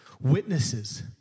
Witnesses